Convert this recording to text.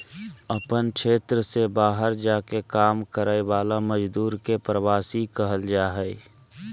अपन क्षेत्र से बहार जा के काम कराय वाला मजदुर के प्रवासी कहल जा हइ